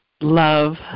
love